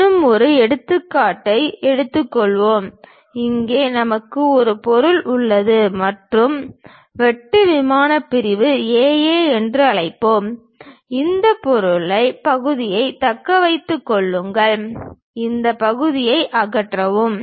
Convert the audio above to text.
இன்னும் ஒரு எடுத்துக்காட்டை எடுத்துக்கொள்வோம் இங்கே நமக்கு ஒரு பொருள் உள்ளது மற்றும் வெட்டு விமானம் பிரிவு A A என்று அழைப்போம் இந்த பகுதியை தக்க வைத்துக் கொள்ளுங்கள் இந்த பகுதியை அகற்றவும்